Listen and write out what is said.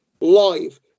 live